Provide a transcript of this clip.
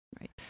right